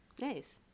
Nice